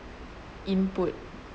input